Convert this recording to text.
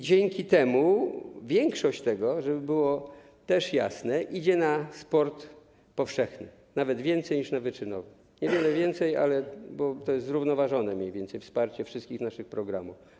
Dzięki temu większość tego, żeby było też jasne, idzie na sport powszechny, nawet więcej niż na wyczynowy, niewiele więcej, bo to jest zrównoważone mniej więcej wsparcie wszystkich naszych programów.